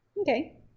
Okay